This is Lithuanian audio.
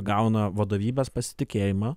gauna vadovybės pasitikėjimą